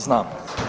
Znam.